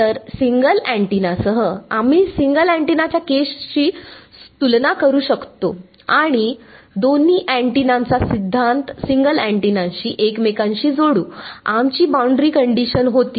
तर सिंगल अँटिनासह आम्ही सिंगल अँटिनाच्या केसशी तुलना करू आणि दोन अँटिना चा सिद्धांत सिंगल अँटेनाशी एकमेकांशी जोडू आमची बाउंड्री कंडिशन होती